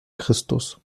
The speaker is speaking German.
christus